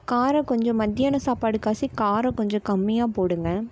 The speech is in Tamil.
காரம் கொஞ்சம் மத்தியான சாப்பாடுக்காச்சு காரம் கொஞ்சம் கம்மியாக போடுங்கள்